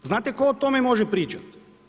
Znate tko o tome može pričat?